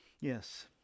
Yes